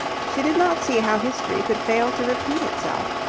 she did not see how history could fail to repeat itself.